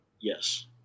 Yes